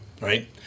Right